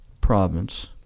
province